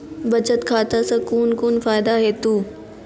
बचत खाता सऽ कून कून फायदा हेतु?